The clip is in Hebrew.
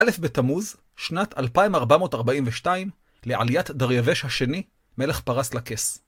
אלף בתמוז, שנת 1442, לעליית דרייבש השני, מלך פרס לכס.